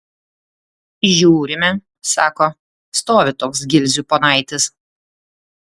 žiūrime sako stovi toks gilzių ponaitis